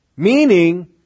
Meaning